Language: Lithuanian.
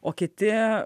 o kiti